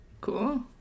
Cool